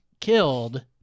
killed